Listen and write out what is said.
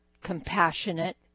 compassionate